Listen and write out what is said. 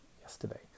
yesterday